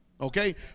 okay